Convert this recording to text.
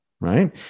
right